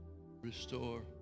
Restore